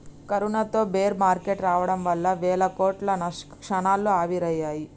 కరోనాతో bear market రావడం వల్ల వేల కోట్లు క్షణాల్లో ఆవిరయ్యాయి